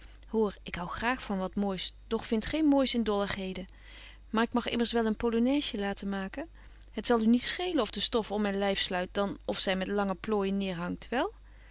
hoor ik hou graag van wat moois doch vind geen moois in dolligheden maar ik mag immers wel een polonaisje laten maken het zal u niet schelen of de stof om myn lyf sluit dan of zy met lange plooijen neer